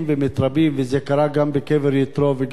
וזה קרה גם בקבר יתרו וגם בקבר נבי